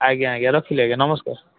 ଆଜ୍ଞା ଆଜ୍ଞା ରଖିଲି ଆଜ୍ଞା ନମସ୍କାର